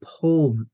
pull